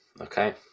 okay